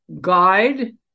guide